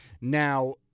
Now